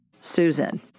Susan